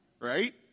right